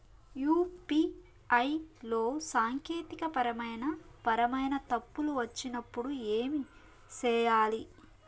UPI లో సాంకేతికపరమైన పరమైన తప్పులు వచ్చినప్పుడు ఏమి సేయాలి